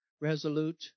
resolute